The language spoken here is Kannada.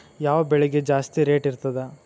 ಯಾವ ಬೆಳಿಗೆ ಜಾಸ್ತಿ ರೇಟ್ ಇರ್ತದ?